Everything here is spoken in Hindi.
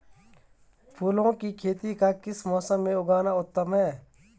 फूलों की खेती का किस मौसम में उगना उत्तम है?